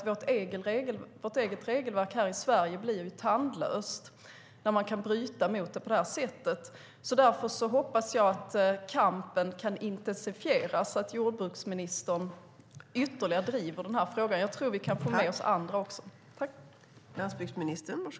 Vårt eget regelverk här i Sverige blir tandlöst när man kan bryta mot det på det här sättet. Därför hoppas jag att kampen kan intensifieras och att jordbruksministern ytterligare driver den här frågan. Jag tror att vi kan få med oss andra också.